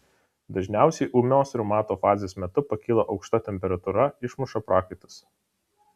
dažniausiai ūmios reumato fazės metu pakyla aukšta temperatūra išmuša prakaitas